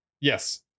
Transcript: yes